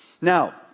Now